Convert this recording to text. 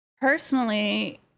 Personally